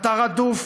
אתה רדוף,